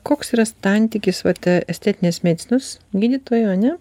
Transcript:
koks yra santykisvat estetinės medicinos gydytojo ane